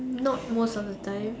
not most of the time